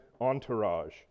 entourage